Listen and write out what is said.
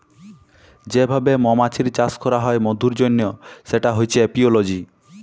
যে ভাবে মমাছির চাষ ক্যরা হ্যয় মধুর জনহ সেটা হচ্যে এপিওলজি